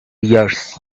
yards